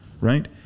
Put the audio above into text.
right